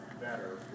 better